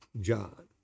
John